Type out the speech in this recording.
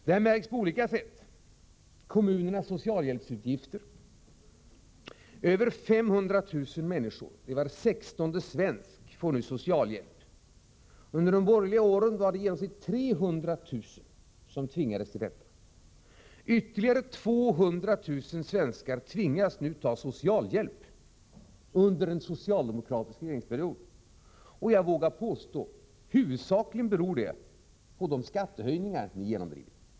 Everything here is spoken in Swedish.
Detta märks på olika sätt, t.ex. i kommunernas socialhjälpsutgifter. Över 500 000 personer — var 16:e svensk — får nu socialhjälp. Under de borgerliga åren var det i genomsnitt 300 000 som behövde socialhjälp. Ytterligare 200 000 människor har nu tvingats att ta emot socialhjälp — under en socialdemokratisk regeringsperiod. Jag vågar påstå att det huvudsakligen beror på de skattehöjningar ni har genomdrivit.